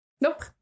Nope